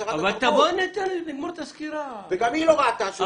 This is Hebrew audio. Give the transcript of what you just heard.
שרת התרבות וגם היא לא ראתה שום דבר,